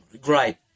great